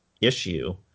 issue